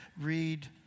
read